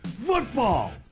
FOOTBALL